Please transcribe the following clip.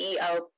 CEO